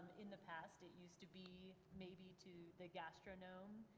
in the past it used to be maybe to the gastronome,